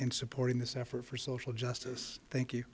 and supporting this effort for social justice thank you